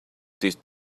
tastes